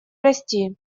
расти